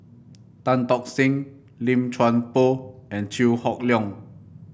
Tan Tock Seng Lim Chuan Poh and Chew Hock Leong